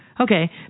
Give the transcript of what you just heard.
Okay